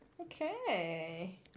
okay